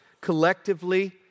collectively